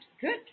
Good